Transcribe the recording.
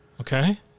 Okay